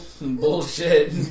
bullshit